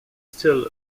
still